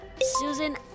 Susan